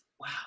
wow